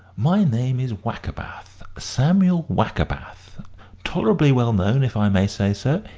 my name is wackerbath, samuel wackerbath tolerably well known, if i may say so,